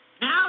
Now